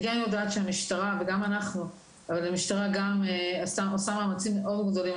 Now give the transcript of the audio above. אני גם יודעת שהמשטרה וגם אנחנו עושה מאמצים מאוד גדולים.